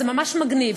זה ממש מגניב,